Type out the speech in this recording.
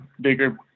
bigger